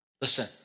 Listen